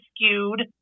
skewed